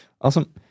Awesome